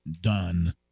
done